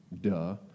Duh